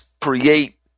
create